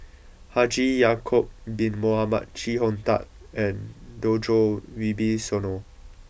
Haji Ya'Acob bin Mohamed Chee Hong Tat and Djoko Wibisono